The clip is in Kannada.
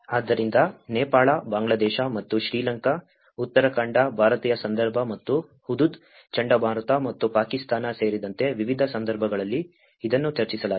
ಆದ್ದರಿಂದ ನೇಪಾಳ ಬಾಂಗ್ಲಾದೇಶ ಮತ್ತು ಶ್ರೀಲಂಕಾ ಉತ್ತರಾಖಂಡ ಭಾರತೀಯ ಸಂದರ್ಭ ಮತ್ತು ಹುದುದ್ ಚಂಡಮಾರುತ ಮತ್ತು ಪಾಕಿಸ್ತಾನ ಸೇರಿದಂತೆ ವಿವಿಧ ಸಂದರ್ಭಗಳಲ್ಲಿ ಇದನ್ನು ಚರ್ಚಿಸಲಾಗಿದೆ